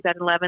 2011